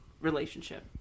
relationship